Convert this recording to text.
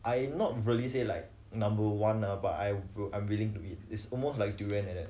I not really say like number one lah but I will willing to eat it's almost like durian like that